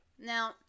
now